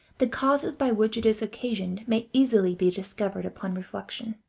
the causes by which it is occasioned may easily be discovered upon reflection.